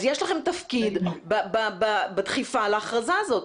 אז יש לכם תפקיד בדחיפה על ההכרזה הזאת